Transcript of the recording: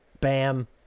Bam